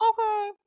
Okay